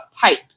pipe